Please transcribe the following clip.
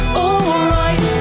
alright